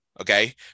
okay